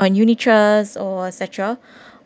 on unit trust or et cetera